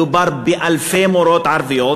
מדובר באלפי מורות ערביות.